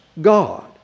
God